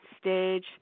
stage